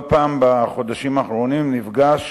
לא פעם בחודשים האחרונים נפגש